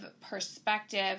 perspective